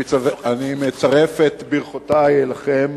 אני מצרף את ברכותי אליכם.